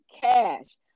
cash